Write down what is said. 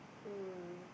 mm